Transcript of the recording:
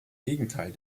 gegenteil